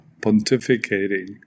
pontificating